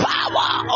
power